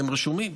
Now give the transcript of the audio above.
הם רשומים.